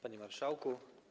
Panie Marszałku!